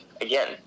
again